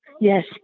Yes